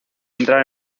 entrar